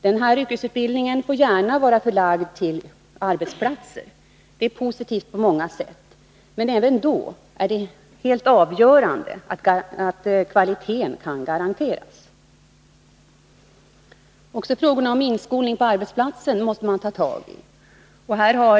Den yrkesutbildningen får gärna vara förlagd till arbetsplatserna — det är positivt på många sätt. Men även då är det helt avgörande att kvaliteten kan garanteras. Också frågorna om inskolning på arbetsplatsen måste man ta tag i.